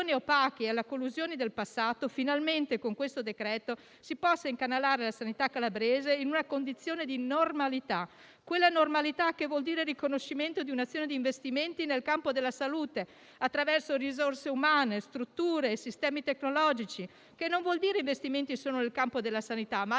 opache e dalla collusione del passato finalmente con questo decreto si possa incanalare la sanità calabrese in una condizione di normalità, quella normalità che vuol dire riconoscimento di un'azione di investimenti nel campo della salute attraverso risorse umane, strutture e sistemi tecnologici, che non significa investire solo nel campo della sanità, ma